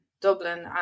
Dublin